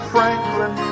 Franklin